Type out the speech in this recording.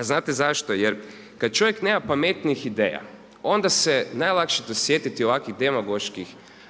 Znate zašto? Jer kad čovjek nema pametnijih ideja onda se najlakše dosjetiti ovakvih demagoških